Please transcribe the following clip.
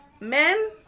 Men